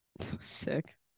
Sick